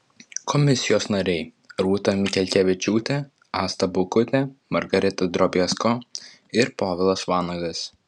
komisijos nariai rūta mikelkevičiūtė asta baukutė margarita drobiazko ir povilas vanagas